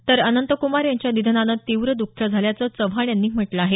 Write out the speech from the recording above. तर अनंत क्मार यांच्या निधनानं तीव्र दःख झाल्याचं चव्हाण यांनी म्हटलं आहे